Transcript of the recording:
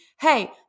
hey